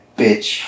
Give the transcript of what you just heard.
bitch